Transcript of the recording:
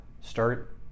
Start